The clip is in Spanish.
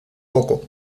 poco